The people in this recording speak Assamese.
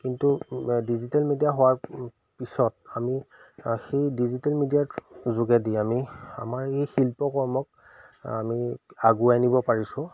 কিন্তু ডিজিটেল মিডিয়া হোৱাৰ পিছত আমি সেই ডিজিটেল মিডিয়াৰ যোগেদি আমি আমাৰ এই শিল্পকৰ্মক আমি আগুৱাই নিব পাৰিছোঁ